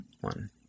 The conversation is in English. one